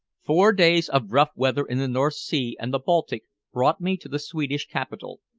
four days of rough weather in the north sea and the baltic brought me to the swedish capital,